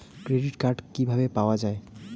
Credit card কিভাবে পাওয়া য়ায়?